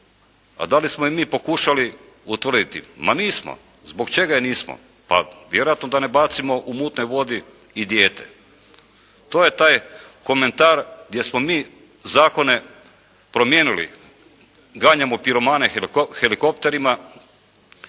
A da li smo i mi pokušali utvrditi? Ma nismo. Zbog čega je nismo? Pa vjerojatno da ne bacimo u mutnoj vodi i dijete. To je taj komentar gdje smo mi zakone promijenili. Ganjamo piromane helikopterima,